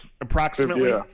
approximately